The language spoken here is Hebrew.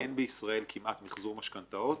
שאין בישראל כמעט מחזור משכנתאות,